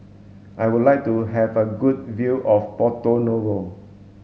I would like to have a good view of Porto Novo